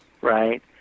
right